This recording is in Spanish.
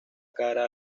cara